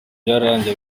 byararangiye